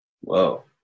Whoa